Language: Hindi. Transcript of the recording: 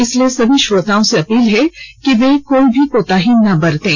इसलिए सभी श्रोताओं से अपील है कि कोई भी कोताही ना बरतें